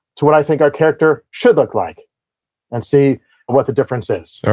to what i think our character should look like and see what the difference is